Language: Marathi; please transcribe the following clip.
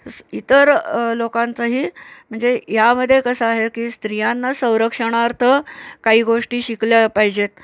इतर लोकांचंही म्हणजे यामध्ये कसं आहे की स्त्रियांना संरक्षणार्थ काही गोष्टी शिकल्या पाहिजेत